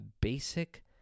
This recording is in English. basic